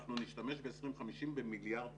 אנחנו נשתמש ב-2050 במיליארד ו-60,